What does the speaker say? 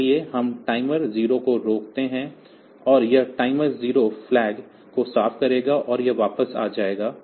इसलिए हम टाइमर 0 को रोकते हैं और यह टाइमर 0 फ्लैग को साफ़ करेगा और यह वापस आ जाएगा